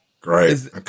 great